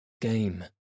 game